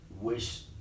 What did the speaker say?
wish